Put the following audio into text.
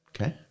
okay